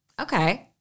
Okay